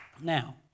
Now